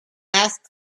asked